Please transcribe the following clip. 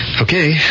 Okay